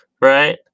Right